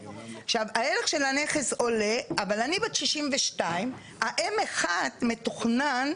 הערך של הנכס עולה, אבל אני בת 62, ה-M1 מתוכנן